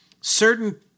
certain